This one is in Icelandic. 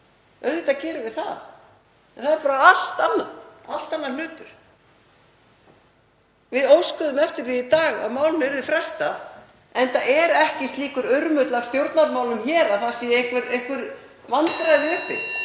Auðvitað gerum við það en það er bara allt annar hlutur. Við óskuðum eftir því í dag að málinu yrði frestað enda er ekki slíkur urmull af stjórnarmálum hér að það séu einhver vandræði uppi,